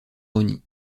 rosny